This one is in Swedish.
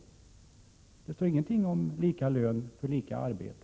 Det står ingenting om lika lön för lika arbete.